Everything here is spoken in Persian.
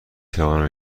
توانم